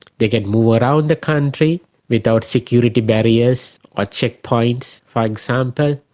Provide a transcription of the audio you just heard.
they can move around the country without security barriers or checkpoints, for example.